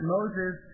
Moses